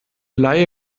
leihe